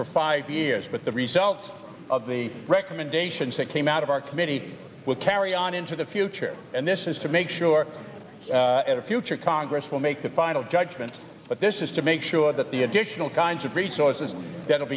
for five years but the results of the recommendations that came out of our committee will carry on into the future and this is to make sure at a future congress will make the final judgment but this is to make sure that the additional kinds of resources that will